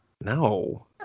no